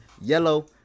Yellow